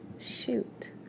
Shoot